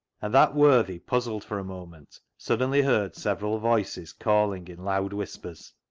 and that worthy puzzled for a moment, suddenly heard several voices calling in loud whispers,